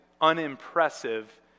unimpressive